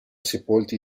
sepolti